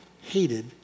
hated